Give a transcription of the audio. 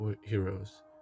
heroes